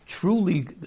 truly